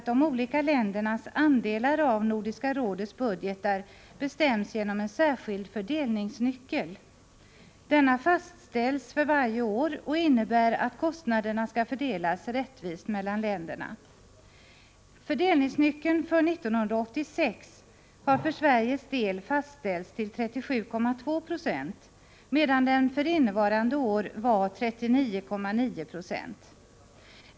De olika ländernas andelar av Nordiska rådets budgetar bestäms emellertid genom en särskild fördelningsnyckel. Denna fastställs för varje år och innebär att kostnaderna skall fördelas rättvist mellan länderna. Fördelningsnyckeln för 1986 har för Sveriges del fastställts till 37,2 90, medan den för innevarande år var 39,9 96.